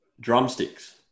drumsticks